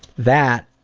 that,